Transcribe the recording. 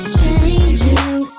changing